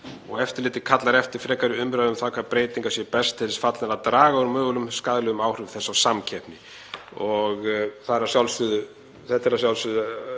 og eftirlitið kallar eftir frekari umræðu um það hvaða breytingar séu best til þess fallnar að draga úr mögulegum skaðlegum áhrifum þess á samkeppni. Þetta er að sjálfsögðu